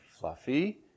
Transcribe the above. fluffy